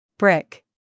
Brick